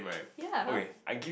ya